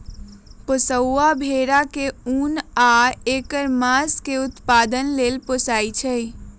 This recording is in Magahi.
पोशौआ भेड़ा के उन आ ऐकर मास के उत्पादन लेल पोशइ छइ